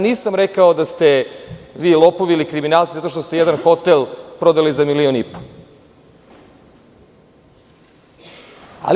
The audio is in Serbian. Nisam rekao da ste vi lopovi ili kriminalci zato što ste jedan hotel prodali za milion i po.